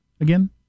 again